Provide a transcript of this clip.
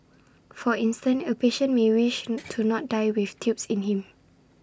for instance A patient may wish to not die with tubes in him